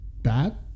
bad